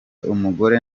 umugore